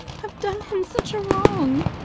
i've done him such a wrong.